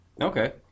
Okay